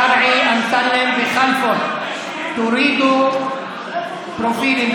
קרעי, אמסלם וכלפון, תורידו פרופילים.